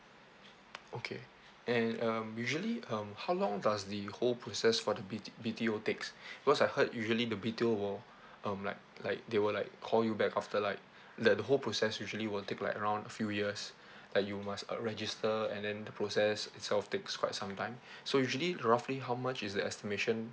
okay and um usually um how long does the whole process for the B_T~ B_T_O takes cause I heard usually the B_T_O will um like like they will like call you back after like that the whole process usually will take like around a few years uh you must uh register and then the process itself takes quite some time so usually roughly how much is the estimation